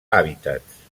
hàbitats